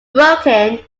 broken